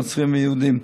נוצרים ויהודים,